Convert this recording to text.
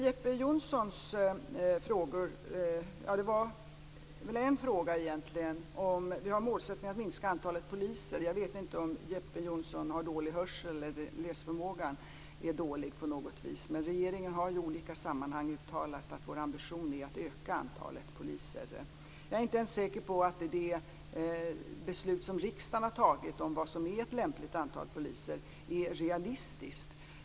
Jeppe Johnsson ställde väl egentligen en fråga om vi har målsättningen att minska antalet poliser. Jag vet inte om Jeppe Johnsson har dålig hörsel eller om läsförmågan är dålig på något vis, men regeringen har i olika sammanhang uttalat att vår ambition är att öka antalet poliser. Jag är inte ens säker på att det beslut som riksdagen har fattat om vad som är ett lämpligt antal poliser är realistiskt.